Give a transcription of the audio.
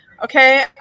Okay